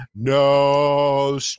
No